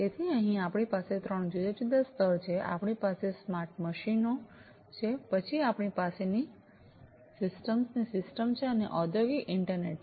તેથી અહીં આપણી પાસે ત્રણ જુદા જુદા સ્તર છે આપણી પાસે સ્માર્ટ મશીનો છે પછી આપણી પાસે સિસ્ટમ્સ ની સિસ્ટમ છે અને ઔlદ્યોગિક ઇન્ટરનેટ છે